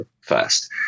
first